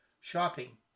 Shopping